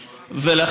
אמרתי, אנחנו לא.